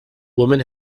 women